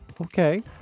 Okay